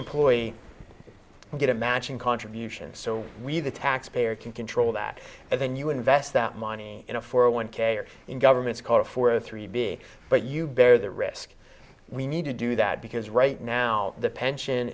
employee get a matching contribution so we the taxpayer can control that and then you invest that money in a four zero one k or in government's call for three b but you bear the risk we need to do that because right now the pension